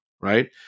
Right